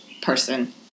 person